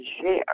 share